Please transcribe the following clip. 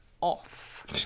off